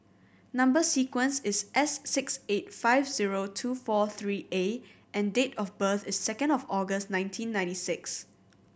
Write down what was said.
number sequence is S six eight five zero two four three A and date of birth is second of August nineteen ninety six